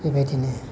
बेबायदिनो